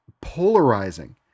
polarizing